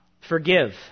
forgive